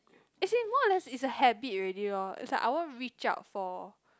actually more or less it's a habit already lor it's like I won't reach out for